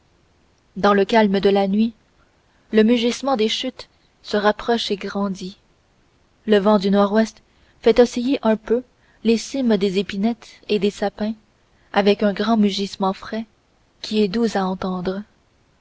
dans le calme de la nuit le mugissement des chutes se rapproche et grandit le vent du nord-ouest fait osciller un peu les cimes des épinettes et des sapins avec un grand mugissement frais qui est doux à entendre